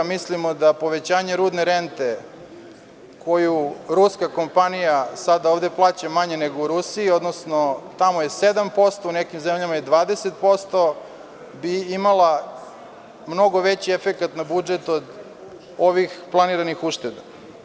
Mislimo da povećanje rudne rente koju ruska kompanija sada ovde plaća manje nego u Rusiji, odnosno tamo je 7%, u nekim zemljama je 20%, bi imala mnogo veći efekat na budžet od ovih planiranih ušteda.